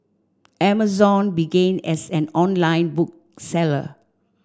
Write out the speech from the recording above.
Amazon began as an online book seller